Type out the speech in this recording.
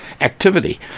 activity